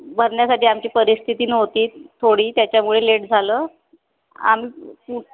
भरण्यासाठी आमची परिस्थिती नव्हती थोडी त्याच्यामुळे लेट झालं आम् कु